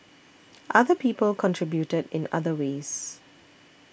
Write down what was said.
other people contributed in other ways